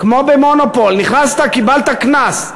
כמו ב"מונופול", נכנסת, קיבלת קנס,